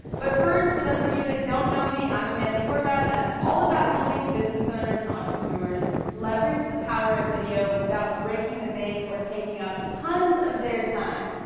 but first for those of you that don't know me i'm amanda horvath and i'm all about helping business owners and entrepreneurs leverage the power of video without breaking the bank or taking up tons of their time.